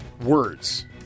words